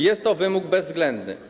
Jest to wymóg bezwzględny.